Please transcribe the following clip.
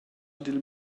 dil